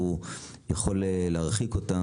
שהוא יכול להרחיק אותם,